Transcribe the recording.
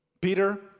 Peter